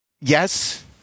Yes